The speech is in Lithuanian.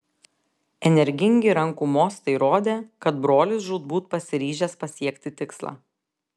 energingi rankų mostai rodė kad brolis žūtbūt pasiryžęs pasiekti tikslą